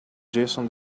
jason